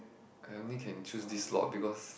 I only can choose this slot because